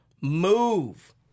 move